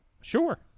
Sure